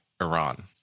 Iran